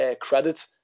credit